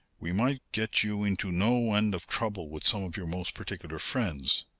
we might get you into no end of trouble with some of your most particular friends.